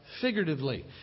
figuratively